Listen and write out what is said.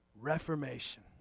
reformation